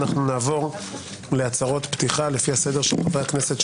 אנחנו נעבור להצהרות פתיחה של חברי הכנסת.